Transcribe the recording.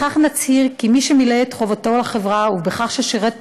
בכך נצהיר כי מי שמילא את חובתו לחברה בכך ששירת